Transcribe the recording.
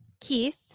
Keith